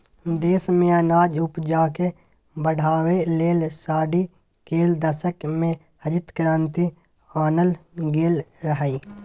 देश मे अनाज उपजाकेँ बढ़ाबै लेल साठि केर दशक मे हरित क्रांति आनल गेल रहय